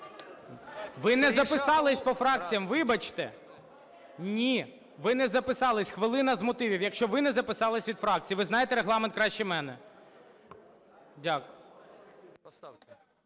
Ви не записались по фракціях, вибачте. Ні, ви не записались, хвилина з мотивів, якщо ви не записались від фракцій. Ви знаєте Регламент краще мене. Дякую.